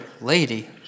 lady